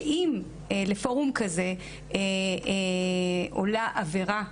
שאם לפורום כזה עולה עבירה,